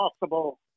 possible